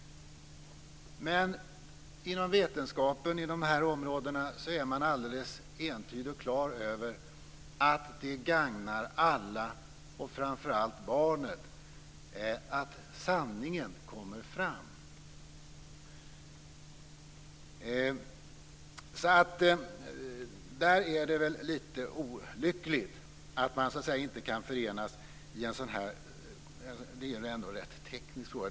Men inom vetenskapen är man alldeles entydig och klar över att det gagnar alla, och framför allt barnet, att sanningen kommer fram. Det är litet olyckligt att man inte kan förenas i en sådan här teknisk fråga.